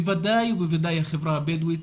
בוודאי ובוודאי החברה הבדואית